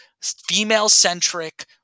female-centric